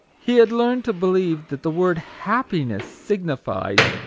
he had learned to believe that the word hap piness signifies,